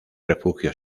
refugio